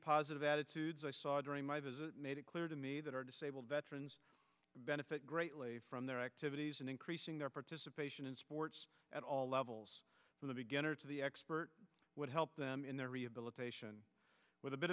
positive attitudes i saw during my visit made it clear to me that our disabled veterans benefit greatly from their activities and increasing their participation in sports at all levels from the beginner to the expert would help them in their rehabilitation with a bit